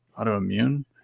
autoimmune